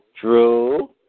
True